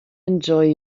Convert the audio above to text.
enjoy